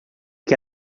que